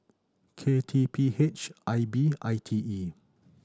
K T P H I B I T E